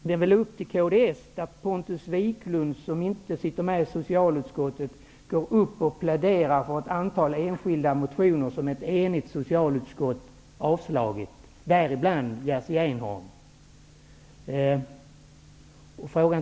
Men det är väl upp till kds att ta ställning här. Pontus Wiklund, som inte sitter med i socialutskottet, pläderar ju för ett antal enskilda motioner som ett enigt socialutskott avstyrkt -- alltså bl.a. Jerzy Einhorn.